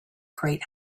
great